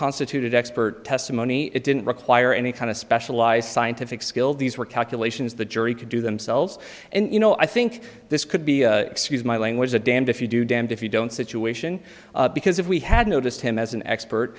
constituted expert testimony it didn't require any kind of specialized scientific skill these were calculations the jury could do themselves and you know i think this could be excuse my language a damned if you do damned if you don't situation because if we had noticed him as an expert